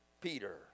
Peter